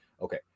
Okay